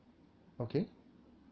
okay